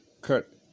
cut